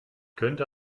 könnte